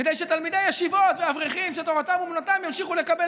כדי שתלמידי הישיבות ואברכים שתורתם אומנותם ימשיכו לקבל